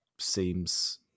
seems